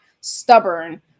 stubborn